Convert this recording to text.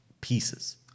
pieces